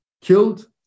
killed